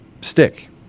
stick